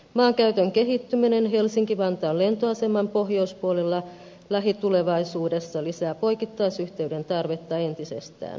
maankäytön kehittyminen helsinki vantaan lentoaseman pohjoispuolella lähitulevaisuudessa lisää poikittaisyhteyden tarvetta entisestään